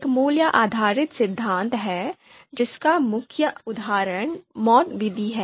एक मूल्य आधारित सिद्धांत है जिसका मुख्य उदाहरण MAUT विधि है